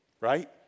right